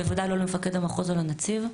בוודאי לא למפקד המחוז על הנציב,